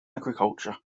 agriculture